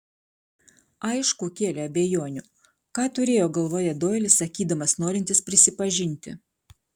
aišku kėlė abejonių ką turėjo galvoje doilis sakydamas norintis prisipažinti